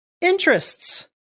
Interests